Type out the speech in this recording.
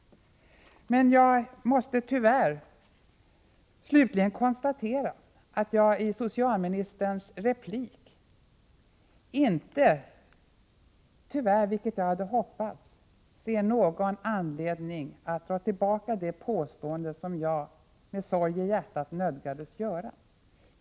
Men jag måste slutligen konstatera att jag efter socialministerns replik tyvärr inte, vilket jag hade hoppats, ser någon anledning att dra tillbaka det påstående som jag med sorg i hjärtat nödgades göra.